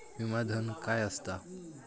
विमा धन काय असता?